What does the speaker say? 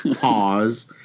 Pause